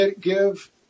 give